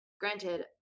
granted